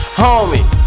homie